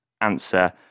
answer